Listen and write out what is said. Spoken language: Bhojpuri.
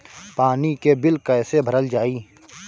पानी के बिल कैसे भरल जाइ?